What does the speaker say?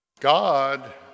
God